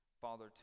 Father